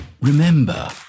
Remember